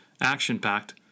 action-packed